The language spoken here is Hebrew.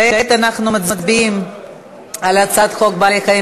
כעת אנחנו מצביעים על הצעת חוק צער בעלי-חיים